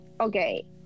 okay